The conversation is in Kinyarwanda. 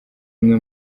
umwe